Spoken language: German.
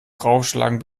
draufschlagen